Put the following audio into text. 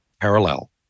parallel